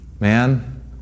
Man